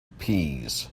peas